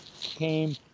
came